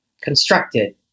constructed